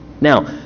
Now